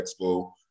Expo